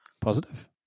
Positive